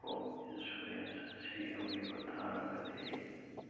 crop insurance ꯑꯁꯤ ꯌꯥꯎꯕꯤꯕ ꯇꯥꯔꯒꯗꯤ